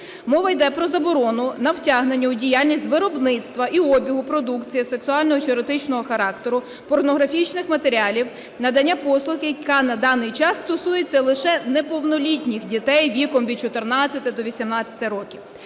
Мова йде про заборону на втягнення у діяльність з виробництва і обігу продукції сексуального чи еротичного характеру, порнографічних матеріалів, надання послуг, яка на даний час стосується лише неповнолітніх дітей віком від 14 до 18 років.